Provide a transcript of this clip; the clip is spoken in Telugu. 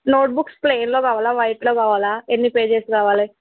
నోట్ బుక్స్ ప్లెయిన్లో కావాలా వైట్లో కావాలా ఎన్ని పేజెస్ కావాలి